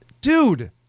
dude